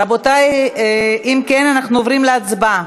רבותי, אם כן, אנחנו עוברים להצבעה.